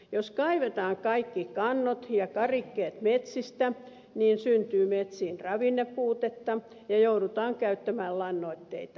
jos kaivetaan kaikki kannot ja karikkeet metsistä niin metsiin syntyy ravinnepuutetta ja joudutaan käyttämään lannoitteita